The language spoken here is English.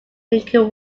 drinking